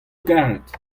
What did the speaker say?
karet